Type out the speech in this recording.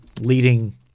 Leading